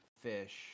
fish